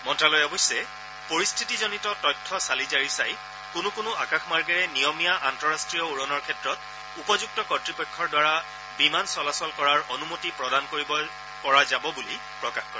মন্ত্ৰালয়ে অৱশ্যে পৰিস্থিতিজনিত তথ্য চালিজাৰি চাই কোনো কোনো আকাশমাৰ্গেৰে নিয়মীয়া আন্তঃৰাষ্ট্ৰীয় উৰণৰ ক্ষেত্ৰত উপযুক্ত কৰ্তৃপক্ষৰ দ্বাৰা বিমান চলাচল কৰাৰ অনুমতি প্ৰদান কৰিব পৰা যাব বুলি প্ৰকাশ কৰে